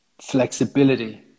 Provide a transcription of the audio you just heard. Flexibility